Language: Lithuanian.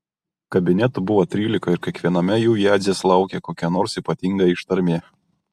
kabinetų buvo trylika ir kiekviename jų jadzės laukė kokia nors ypatinga ištarmė